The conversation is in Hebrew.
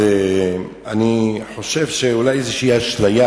אני חושב שזו אולי אשליה